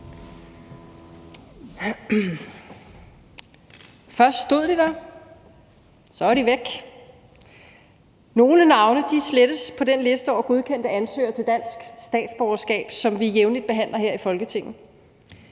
Først stod de der; så var de væk. Nogle navne slettes på den liste over godkendte ansøgere til dansk statsborgerskab, som vi jævnligt behandler her i Folketinget.